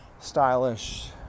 stylish